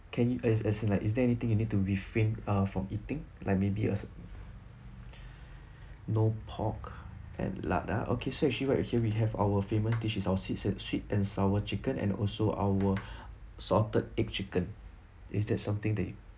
can you as as in like is there anything you need to refrain uh for eating like maybe as no pork and lard ah okay so actually right here we have our famous dish is our sweet and sweet and sour chicken and also our salted egg chicken is that something that you